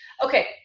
Okay